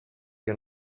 che